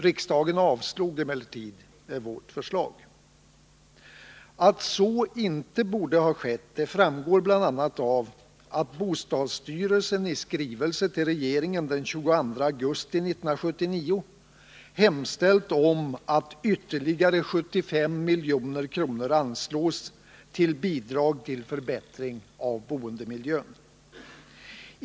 Riksdagen avslog emellertid vårt förslag. Att så inte borde ha skett framgår bl.a. av att bostadsstyrelsen i skrivelse till regeringen den 22 augusti 1979 hemställt om att ytterligare 75 milj.kr. anslås till bidrag avsedda att användas till förbättring av boendemiljön.